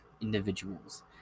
individuals